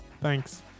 Thanks